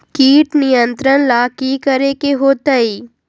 किट नियंत्रण ला कि करे के होतइ?